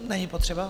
Není potřeba.